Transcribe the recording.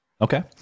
okay